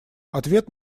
ответ